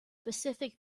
pacific